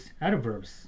adverbs